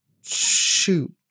Shoot